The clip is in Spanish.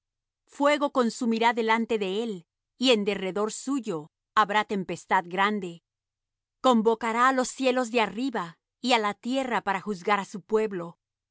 fuego consumirá delante de él y en derredor suyo habrá tempestad grande convocará á los cielos de arriba y á la tierra para juzgar á su pueblo